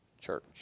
church